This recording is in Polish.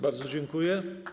Bardzo dziękuję.